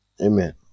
Amen